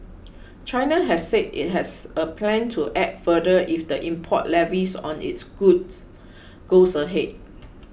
China has said it has a plan to act further if the import levies on its goods goes ahead